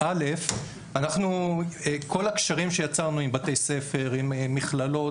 ולאנשים שמוכשרים להוראה את הכלים ללמד בבתי ספר משלבים,